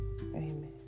Amen